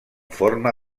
forma